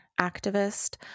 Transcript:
activist